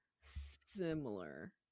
similar